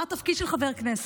מה התפקיד של חבר כנסת?